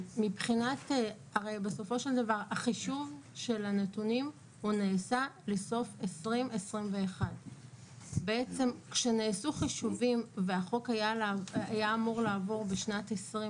הרי בסופו של דבר החישוב של הנתונים נעשה לסוף 2021. בעצם כשנעשו חישובים והחוק היה אמור לעבור בשנת 2020,